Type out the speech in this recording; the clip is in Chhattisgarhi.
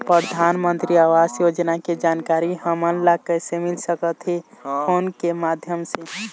परधानमंतरी आवास योजना के जानकारी हमन ला कइसे मिल सकत हे, फोन के माध्यम से?